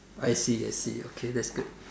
I see I see okay that's good